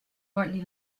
courtly